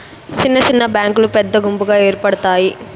సిన్న సిన్న బ్యాంకులు పెద్ద గుంపుగా ఏర్పడుతాయి